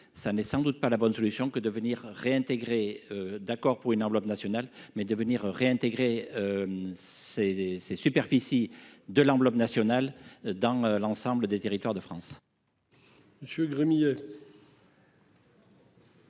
ça n'est sans doute pas la bonne solution que de venir réintégrer d'accord pour une enveloppe nationale mais devenir réintégrer. Ces ces superficie de l'enveloppe nationale dans l'ensemble des territoires de France.